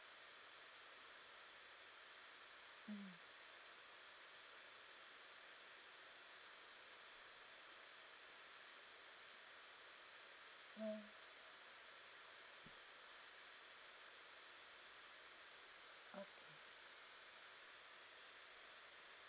mmhmm mm okay